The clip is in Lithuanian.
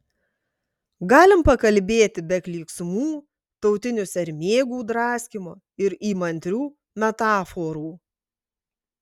galim pakalbėti be klyksmų tautinių sermėgų draskymo ir įmantrių metaforų